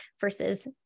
versus